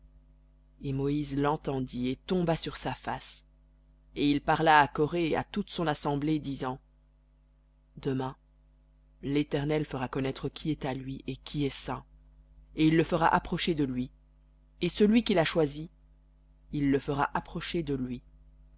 et moïse l'entendit et tomba sur sa face et il parla à coré et à toute son assemblée disant demain l'éternel fera connaître qui est à lui et qui est saint et il le fera approcher de lui et celui qu'il a choisi il le fera approcher de lui